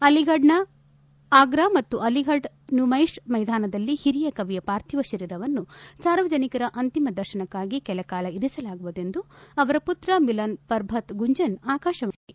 ಅಲಿಫಡ್ನ ಆಗ್ರಾ ಮತ್ತು ಅಲಿಫಡ್ ನುಮೈಶ್ ಮ್ನೆದಾನದಲ್ಲಿ ಹಿರಿಯ ಕವಿಯ ಪಾರ್ಥಿವ ಶರೀರವನ್ನು ಸಾರ್ವಜನಿಕರ ಅಂತಿಮ ದರ್ತನಕ್ನಾಗಿ ಕೆಲಕಾಲ ಇರಿಸಲಾಗುವುದೆಂದು ಅವರ ಪುತ್ರ ಮಿಲನ್ ಪರ್ಬತ್ ಗುಂಜನ್ ಆಕಾಶವಾಣಿಗೆ ತಿಳಿಸಿದ್ದಾರೆ